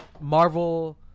Marvel